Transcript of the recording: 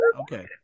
Okay